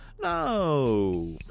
no